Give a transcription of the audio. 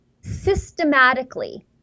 systematically